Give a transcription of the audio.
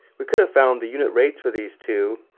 we could have found the unit rates for these two,